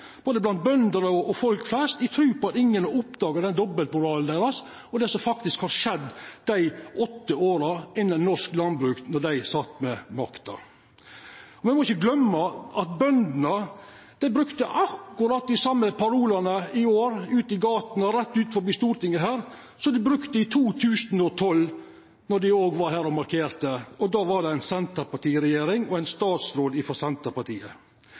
både bønder og folk flest. Eg trur at ingen har oppdaga dobbeltmoralen deira, og det som faktisk har skjedd i dei åtte åra i norsk landbruk då dei sat med makta. Me må ikkje gløyma at bøndene brukte akkurat dei same parolane ute i gatene i år rett utanfor Stortinget her, som dei brukte i 2012, då dei òg var her og markerte. Då hadde me ei regjering med ein statsråd frå Senterpartiet.